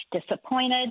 disappointed